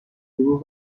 گروه